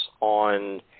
on